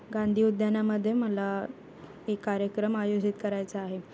गांधी उद्यानामध्ये मला एक कार्यक्रम आयोजित करायचा आहे